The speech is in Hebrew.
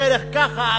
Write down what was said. דרך ככה,